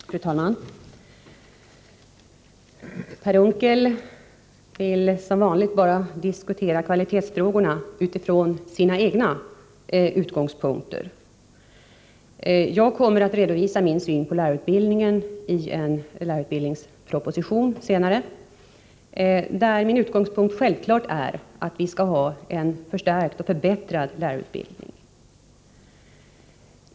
Fru talman! Per Unckel vill som vanligt bara diskutera kvalitetsfrågorna utifrån sina egna utgångspunkter. Jag kommer att redovisa min syn på lärarutbildningen i en lärarutbildningsproposition senare, där min utgångspunkt självfallet är att vi skall ha en förstärkt och förbättrad lärarutbildning.